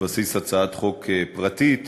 על בסיס הצעת חוק פרטית